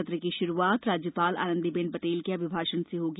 सत्र की श्रुआत राज्यपाल आनंदीबेन पटेल के अभिभाषण से होगी